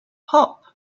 pulp